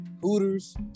Hooters